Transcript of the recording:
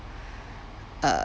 uh